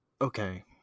okay